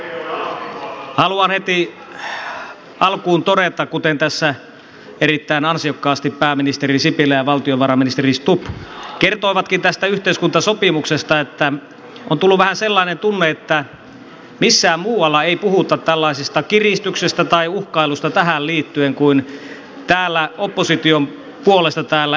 haluan heti alkuun todeta kuten tässä erittäin ansiokkaasti pääministeri sipilä ja valtiovarainministeri stubb kertoivatkin tästä yhteiskuntasopimuksesta että on tullut vähän sellainen tunne että missään muualla ei puhuta tällaisesta kiristyksestä tai uhkailusta tähän liittyen kuin opposition puolesta täällä eduskunnassa